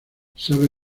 sabe